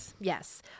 Yes